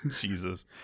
Jesus